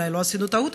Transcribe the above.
אולי לא עשינו טעות.